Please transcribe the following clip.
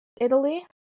Italy